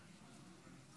נתקבלו.